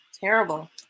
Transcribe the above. terrible